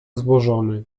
złożony